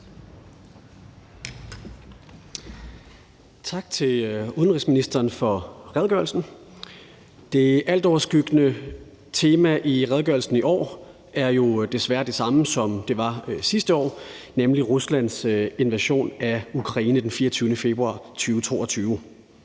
Tak til udenrigsministeren for redegørelsen. Det altoverskyggende tema i disse år er jo desværre det samme, som det var sidste år, nemlig Ruslands invasion af Ukraine den 24. februar 2022.